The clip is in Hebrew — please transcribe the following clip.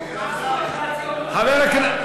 אוקיי, חבר הכנסת אלעזר שטרן.